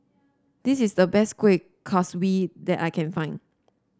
this is the best Kueh Kaswi that I can find